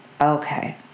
okay